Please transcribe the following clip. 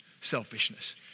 selfishness